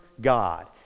God